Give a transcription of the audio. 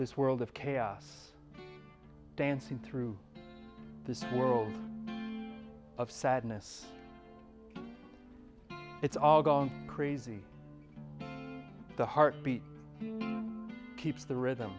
this world of chaos dancing through the swirl of sadness it's all gone crazy the heartbeat keeps the rhythm